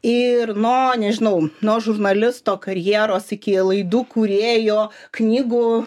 ir nuo nežinau nuo žurnalisto karjeros iki laidų kūrėjo knygų